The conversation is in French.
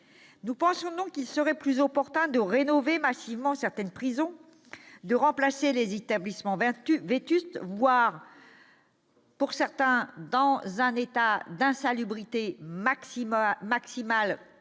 Nous pensons donc qu'il serait plus opportun de rénover massivement certaines prisons, de remplacer les établissements vétustes voire, pour certains, dans un état d'insalubrité maximale,